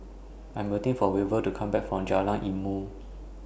I'm waiting For Weaver to Come Back from Jalan Ilmu